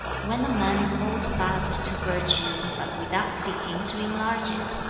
when a man holds fast to virtue, but without seeking to enlarge it,